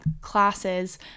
classes